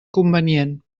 convenient